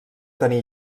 tenir